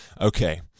okay